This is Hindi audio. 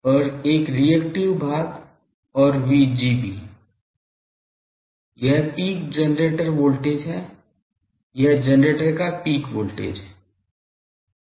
और एक रिएक्टिव भाग और VG भी यह पीक जनरेटर वोल्टेज है यह जनरेटर का पीक वोल्टेज है